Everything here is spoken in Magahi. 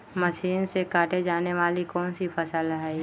मशीन से काटे जाने वाली कौन सी फसल है?